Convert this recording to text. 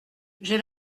j’ai